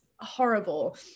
horrible